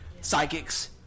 psychics